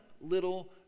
little